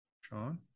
Sean